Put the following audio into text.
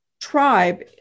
tribe